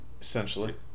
Essentially